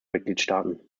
mitgliedstaaten